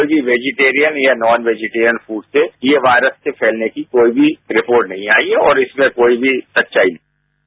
कोई भी वैजीटेरियन या नॉन वैजिटेरियन फूड से यह वायरस के फैलने की कोई भी रिपोर्ट नहीं आई है और इसमें कोई भी सच्चाई नहीं है